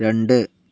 രണ്ട്